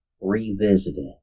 Revisited